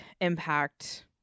impact